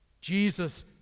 Jesus